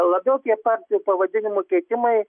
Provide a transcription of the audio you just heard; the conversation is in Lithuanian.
labiau tie partijų pavadinimų keitimai